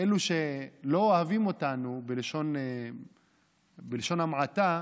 אלו שלא אוהבים אותנו, בלשון המעטה,